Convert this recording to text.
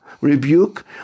rebuke